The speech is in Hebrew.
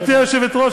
גברתי היושבת-ראש,